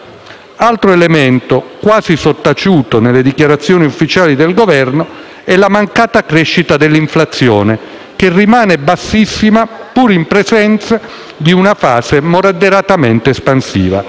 L'altro elemento quasi sottaciuto nelle dichiarazioni ufficiali del Governo è la mancata crescita dell'inflazione, che rimane bassissima pur in presenza di una fase moderatamente espansiva: